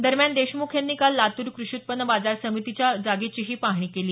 दरम्यान देशमुख यांनी काल लातूर कृषी उत्पन्न बाजार समितीच्या जागेचीही पाहणी केली